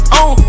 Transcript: on